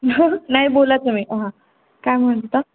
हं नाही बोला तुम्ही हां काय म्हणत होता